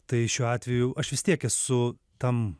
tai šiuo atveju aš vis tiek esu tam